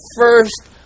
first